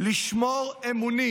לשמור אמונים